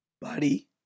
buddy